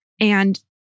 And-